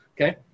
Okay